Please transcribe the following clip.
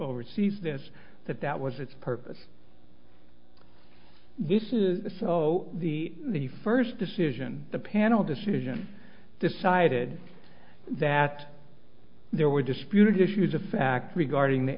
oversees this that that was its purpose this is so the the first decision the panel decision decided that there were disputed issues of fact regarding the